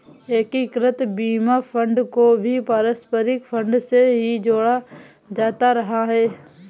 एकीकृत बीमा फंड को भी पारस्परिक फंड से ही जोड़ा जाता रहा है